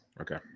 Okay